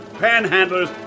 panhandlers